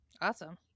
Awesome